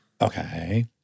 Okay